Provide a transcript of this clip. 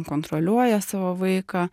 kontroliuoja savo vaiką